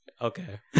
okay